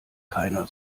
keiner